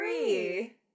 three